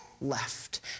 left